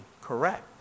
correct